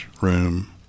room